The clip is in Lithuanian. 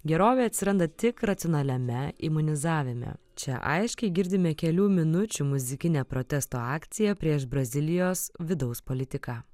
gerovė atsiranda tik racionaliame imunizavime čia aiškiai girdime kelių minučių muzikinę protesto akciją prieš brazilijos vidaus politiką